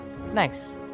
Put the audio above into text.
Nice